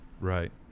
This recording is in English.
Right